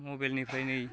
मबाइलनिफ्राय नै